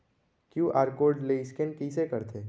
QR code ले scan कइसे करथे?